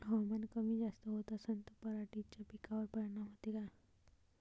हवामान कमी जास्त होत असन त पराटीच्या पिकावर परिनाम होते का?